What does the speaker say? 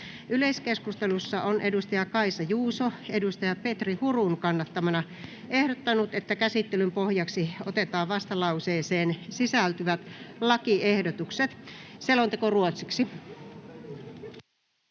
Yleiskeskustelussa on Kaisa Juuso Petri Hurun kannattamana ehdottanut, että käsittelyn pohjaksi otetaan vastalauseeseen sisältyvät lakiehdotukset. [Speech 2]